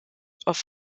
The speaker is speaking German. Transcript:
auf